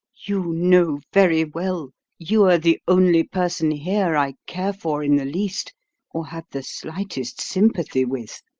you know very well you're the only person here i care for in the least or have the slightest sympathy with.